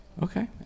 Okay